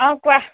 অঁ কোৱা